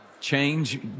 change